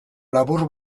labur